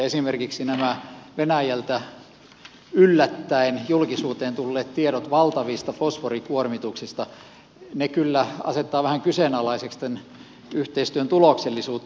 esimerkiksi nämä venäjältä yllättäen julkisuuteen tulleet tiedot valtavista fosforikuormituksista kyllä asettavat vähän kyseenalaiseksi tämän yhteistyön tuloksellisuutta